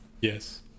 Yes